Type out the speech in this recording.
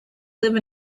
live